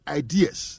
ideas